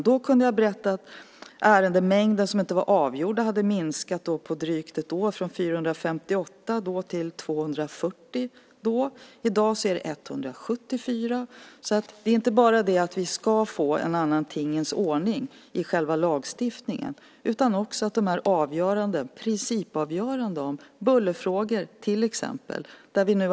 Då kunde jag berätta att mängden ärenden som inte var avgjorda hade minskat från 458 till 240 på drygt ett år. I dag är siffran 174. Det handlar inte bara om att vi ska få en annan tingens ordning i själva lagstiftningen utan också om principavgöranden om till exempel bullerfrågor.